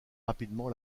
rapidement